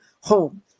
home